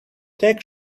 take